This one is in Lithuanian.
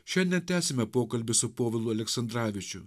šiandien tęsiame pokalbį su povilu aleksandravičium